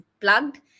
plugged